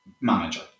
manager